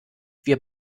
wir